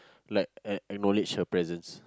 like ack~ acknowledge your presence